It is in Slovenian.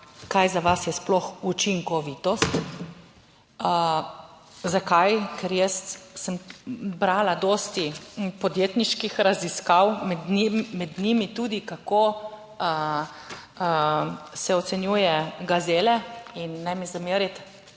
kaj za vas je sploh učinkovitost? Zakaj? Ker jaz sem brala dosti podjetniških raziskav, med njimi tudi, kako se ocenjuje Gazele. In ne mi zameriti